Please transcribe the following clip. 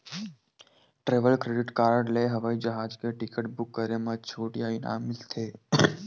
travel credit card ले हवई जहाज के टिकट बूक करे म छूट या इनाम मिलथे